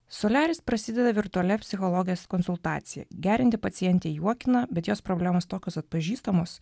soliaris prasideda virtualia psichologės konsultacija gerianti pacientė juokina bet jos problemos tokios atpažįstamos